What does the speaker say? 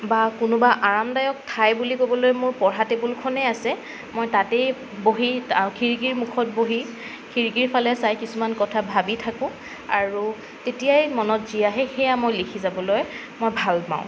বা কোনোবা আৰামদায়ক ঠাই বুলি ক'বলৈ মোৰ পঢ়া টেবুলখনেই আছে মই তাতেই বহি খিৰিকিৰ মুখত বহি খিৰিকিৰ ফালে চাই কিছুমান কথা ভাবি থাকোঁ আৰু তেতিয়াই মনত যি আহে সেইয়াই মই লিখি যাবলৈ মই ভালপাওঁ